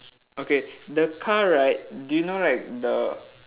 okay the car right do you know right the